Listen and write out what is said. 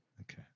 Okay